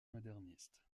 moderniste